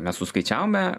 mes suskaičiavome